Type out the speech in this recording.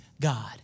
God